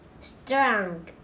Strong